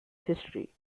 history